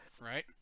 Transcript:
right